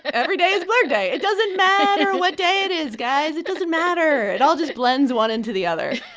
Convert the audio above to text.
every day is blurred day. it doesn't matter what day it is, guys. it doesn't matter. it all just blends one into the other.